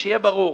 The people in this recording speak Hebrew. שיהיה ברור.